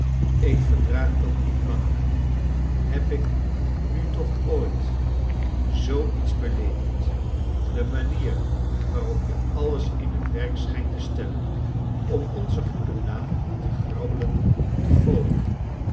ik verdraag dat niet langer heb ik nu toch ooit zoo iets beleefd de manier waarop je alles in het werk schijnt te stellen om onzen goeden naam te grabbelen te gooien